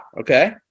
Okay